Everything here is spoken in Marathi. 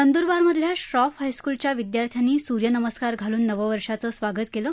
नंदुरबार मधल्या श्रॉफ हायस्कुलच्या विद्यार्थ्यांनी सूर्यनमस्कार घालून नववर्षाचं स्वागत केलं